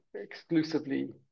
exclusively